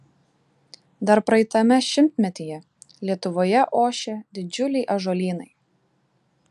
dar praeitame šimtmetyje lietuvoje ošė didžiuliai ąžuolynai